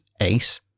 ace